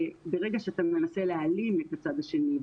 שברגע שאתה מנסה להעלים את הצד השני,